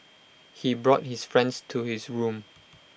he brought his friends to his room